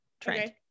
trend